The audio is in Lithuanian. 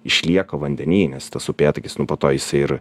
išlieka vandeny nes tas upėtakis nu po to jis ir